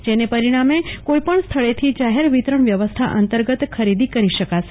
જેને પરિણામે કોઈપણ સ્થળેથી જાહેર વિતરણ વ્યવસ્થા અંતર્ગત ખરીદી કરી શકાશે